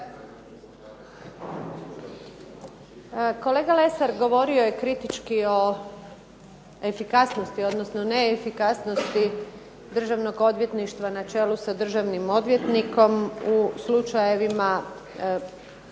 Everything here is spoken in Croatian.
Kolega Lesar govorio je kritički o efikasnosti, odnosno neefikasnosti Državnog odvjetništva na čelu sa državnim odvjetnikom u slučajevima